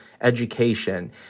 education